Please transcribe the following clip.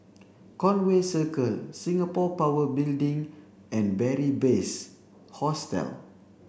Conway Circle Singapore Power Building and Beary Best Hostel